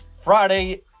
Friday